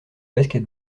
basket